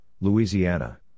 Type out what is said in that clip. Louisiana